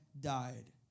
died